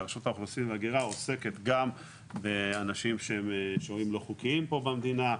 רשות האוכלוסין וההגירה עוסקת גם באנשים שהם שוהים לא חוקיים פה במדינה,